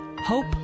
Hope